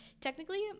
technically